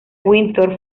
windsor